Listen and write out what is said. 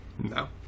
No